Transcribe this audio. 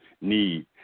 need